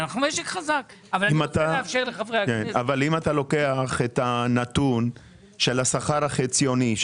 אם מסתכלים על השכר החציוני,